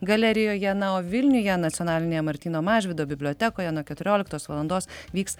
galerijoje na o vilniuje nacionalinėje martyno mažvydo bibliotekoje nuo keturioliktos valandos vyks